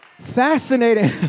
fascinating—